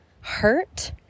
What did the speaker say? hurt